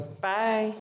Bye